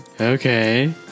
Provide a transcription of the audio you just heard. Okay